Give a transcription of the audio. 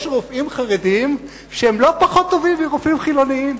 יש רופאים חרדים שהם לא פחות טובים מרופאים חילונים,